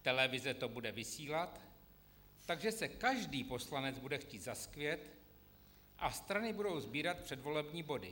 Televize to bude vysílat, takže se každý poslanec bude chtít zaskvět a strany budou sbírat předvolební body.